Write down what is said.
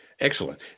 Excellent